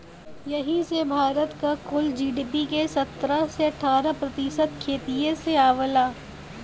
यही से भारत क कुल जी.डी.पी के सत्रह से अठारह प्रतिशत खेतिए से आवला